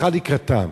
הלכה לקראתם.